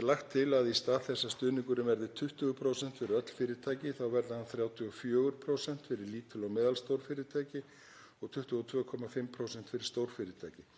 er lagt til að í stað þess að stuðningurinn verði 20% fyrir öll fyrirtæki verði hann 34% fyrir lítil og meðalstór fyrirtæki og 22,5% fyrir stórfyrirtæki.